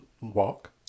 walk